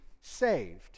saved